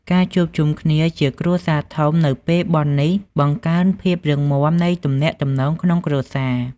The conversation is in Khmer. ការជួបជុំគ្នាជាគ្រួសារធំនៅពេលបុណ្យនេះ បង្កើនភាពរឹងមាំនៃទំនាក់ទំនងក្នុងគ្រួសារ។